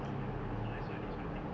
oh my god just now I saw this one Tik Tok